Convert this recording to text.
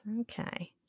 Okay